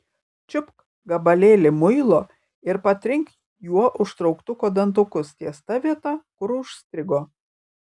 čiupk gabalėlį muilo ir patrink juo užtrauktuko dantukus ties ta vieta kur užstrigo